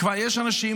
כבר יש אנשים,